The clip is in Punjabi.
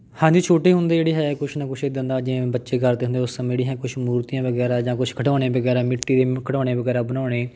ਹਾਂਜੀ ਛੋਟੇ ਹੁੰਦੇ ਜਿਹੜੇ ਹੈ ਕੁਛ ਨਾ ਕੁਛ ਇੱਦਾਂ ਦਾ ਜਿਵੇਂ ਬੱਚੇ ਕਰਦੇ ਹੁੰਦੇ ਉਸ ਸਮੇਂ ਜਿਹੜੀ ਹੈ ਕੁਛ ਮੂਰਤੀਆਂ ਵਗੈਰਾ ਜਾਂ ਕੁਛ ਖਿਡੌਣੇ ਵਗੈਰਾ ਮਿੱਟੀ ਦੇ ਖਿਡੌਣੇ ਵਗੈਰਾ ਬਣਾਉਣੇ